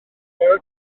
mae